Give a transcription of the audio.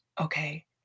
okay